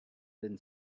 then